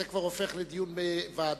זה כבר הופך לדיון בוועדה,